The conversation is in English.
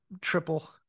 triple